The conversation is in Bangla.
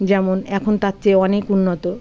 যেমন এখন তার চেয়ে অনেক উন্নত